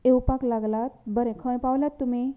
येवपाक लागल्यात बरें खंय पावल्यात तुमी